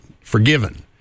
Forgiven